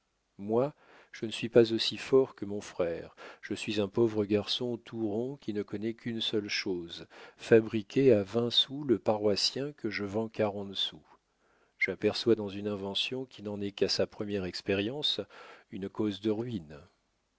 moi je ne suis pas aussi fort que mon frère je suis un pauvre garçon tout rond qui ne connais qu'une seule chose fabriquer à vingt sous le paroissien que je vends quarante sous j'aperçois dans une invention qui n'en est qu'à sa première expérience une cause de ruine